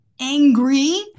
angry